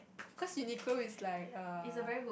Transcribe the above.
cause Uniqlo is like err